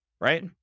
right